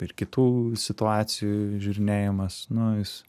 ir kitų situacijų žiūrinėjimas nu jis